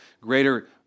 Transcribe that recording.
greater